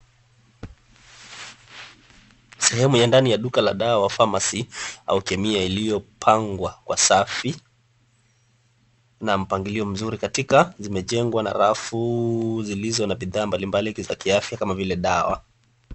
Sehemu ya ndani ya duka la dawa Phamacy au kemia iliyopangwa kwa safi na mpangilio mzuri katika zimejengwa na rafu zilizo na bidhaa mbalimbali za kiafya kama vile dawa.